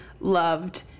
loved